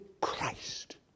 Christ